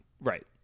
right